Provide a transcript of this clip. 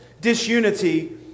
disunity